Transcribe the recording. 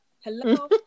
Hello